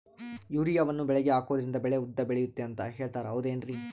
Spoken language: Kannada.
ಯೂರಿಯಾವನ್ನು ಬೆಳೆಗೆ ಹಾಕೋದ್ರಿಂದ ಬೆಳೆ ಉದ್ದ ಬೆಳೆಯುತ್ತೆ ಅಂತ ಹೇಳ್ತಾರ ಹೌದೇನ್ರಿ?